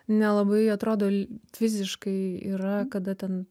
nelabai atrodo fiziškai yra kada ten